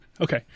Okay